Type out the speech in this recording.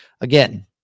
Again